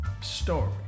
story